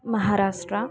Maharashtra